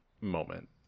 moment